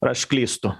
ar aš klystu